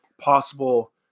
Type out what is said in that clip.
possible